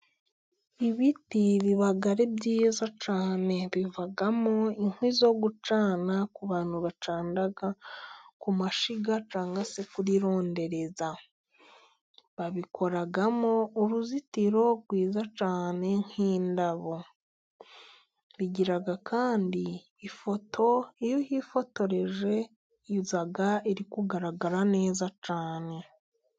ibiti biba ari byiza cyane, bivamo inkwi zo gucana ku bantu bacanaa ku mashiga cyangwa se kuri rondereza . babikoramo uruzitiro rwiza cyane nkindabo, bigira kandi ifoto iyo yifotoreje iza iri kugaragara neza cyane.